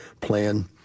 plan